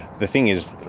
the thing is,